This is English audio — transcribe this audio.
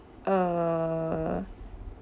uh